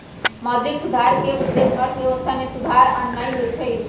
मौद्रिक सुधार के उद्देश्य अर्थव्यवस्था में सुधार आनन्नाइ होइ छइ